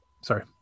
Sorry